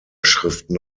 schriften